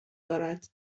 دارد